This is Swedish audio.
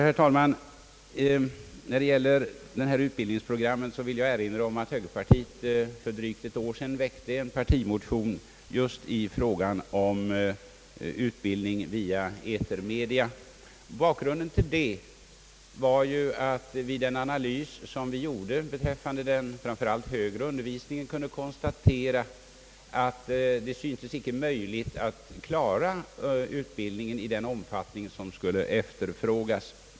Herr talman! När det gäller utbildningsprogrammen vill jag erinra om att högerpartiet för drygt ett år sedan väckte en partimotion om utbildning via etermedia. Bakgrunden till denna var en analys som vi gjort beträffande framför allt den högre undervisningen. Vi kunde konstatera att det icke syntes möjligt att klara utbildningen i den omfattning som skulle efterfrågas.